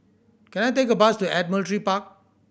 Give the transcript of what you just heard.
can I take a bus to Admiralty Park